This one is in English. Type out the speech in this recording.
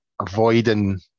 avoiding